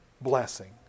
blessing